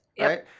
right